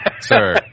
sir